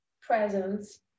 presence